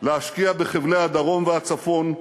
להשקיע בחבלי הדרום והצפון,